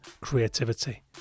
creativity